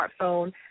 smartphone